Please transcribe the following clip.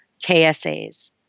KSAs